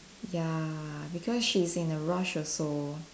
ya because she's in a rush also